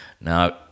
Now